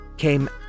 came